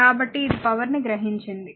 కాబట్టి ఇది పవర్ ని గ్రహించింది